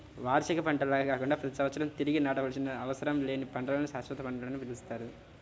వార్షిక పంటల్లాగా కాకుండా ప్రతి సంవత్సరం తిరిగి నాటవలసిన అవసరం లేని పంటలను శాశ్వత పంటలని పిలుస్తారు